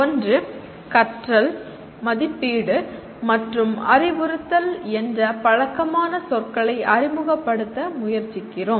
ஒன்று "கற்றல்" "மதிப்பீடு" மற்றும் "அறிவுறுத்தல்" என்ற பழக்கமான சொற்களை அறிமுகப்படுத்த முயற்சிக்கிறோம்